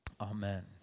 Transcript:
Amen